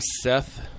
Seth